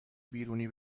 بیرونی